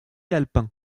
alpin